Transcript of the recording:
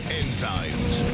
enzymes